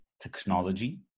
technology